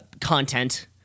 content